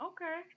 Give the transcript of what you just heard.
Okay